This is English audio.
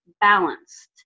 balanced